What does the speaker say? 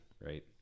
right